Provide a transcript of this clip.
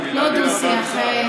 לא דו-שיח,